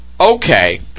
okay